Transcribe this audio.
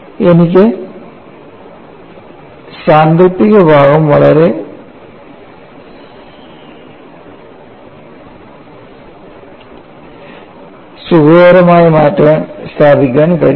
ഇപ്പോൾ എനിക്ക് സാങ്കൽപ്പിക ഭാഗം വളരെ സുഖകരമായി മാറ്റിസ്ഥാപിക്കാൻ കഴിയും